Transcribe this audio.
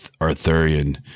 Arthurian